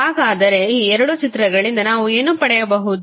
ಹಾಗಾದರೆ ಈ ಎರಡು ಚಿತ್ರಗಳಿಂದ ನಾವು ಏನು ಪಡೆಯಬಹುದು